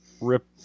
rip